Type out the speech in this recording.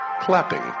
Clapping